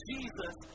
Jesus